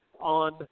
on